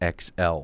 xl